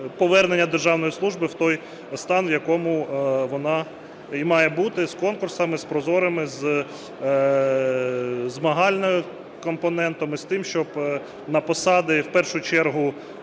повернення державної служби в той стан, в якому вона і має бути, з конкурсами з прозорими, зі змагальним компонентом і з тим, щоб на посади, в першу чергу